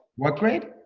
what grade?